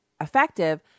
effective